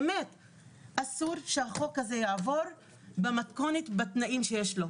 אסור שהחוק הזה יעבור במתכונת ובתנאים שיש בו.